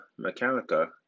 Mechanica